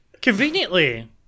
Conveniently